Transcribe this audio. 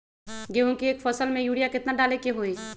गेंहू के एक फसल में यूरिया केतना डाले के होई?